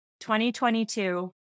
2022